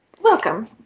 welcome